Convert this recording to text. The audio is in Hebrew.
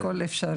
הכול אפשרי.